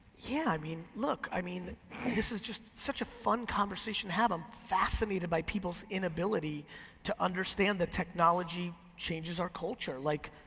yeah i mean look, i mean this is just such a fun conversation to have, i'm fascinated by peoples inability to understand that technology changes our culture. like,